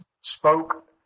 spoke